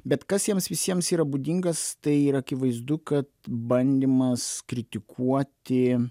bet kas jiems visiems yra būdingas tai yra akivaizdu kad bandymas kritikuoti